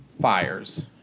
fires